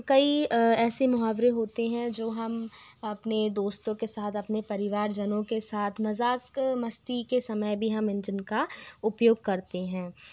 कई ऐसे मुहावरे होते हैं जो हम अपने दोस्तों के साथ अपने परिवार जनों के साथ मज़ाक मस्ती के समय भी हम इन चीज़ का उपयोग करते हैं